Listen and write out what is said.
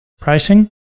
pricing